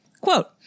Quote